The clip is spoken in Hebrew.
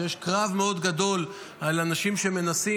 שיש קרב מאוד גדול על אנשים שמנסים.